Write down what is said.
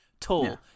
tall